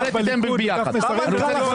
--- בליכוד דף מסרים,